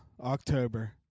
October